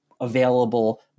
available